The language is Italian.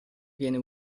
viene